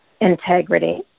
integrity